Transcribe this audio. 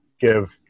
give